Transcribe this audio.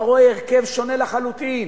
אתה רואה הרכב שונה לחלוטין,